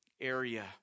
area